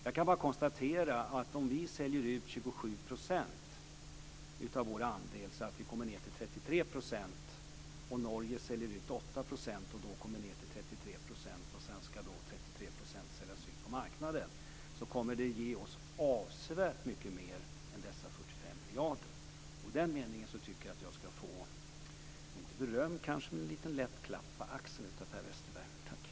Jag kan bara konstatera att om vi säljer ut 27 % av vår andel så att vi kommer ned till 33 %, och Norge säljer ut 8 % och kommer ned till 33 % och sedan 33 % ska säljas ut på marknaden, då kommer det att ge oss avsevärt mer än 45 miljarder. I den meningen tycker jag att jag ska få - inte beröm kanske, men en liten lätt klapp på axeln av Per Westerberg.